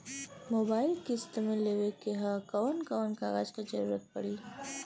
Mobile किस्त मे लेवे के ह कवन कवन कागज क जरुरत पड़ी?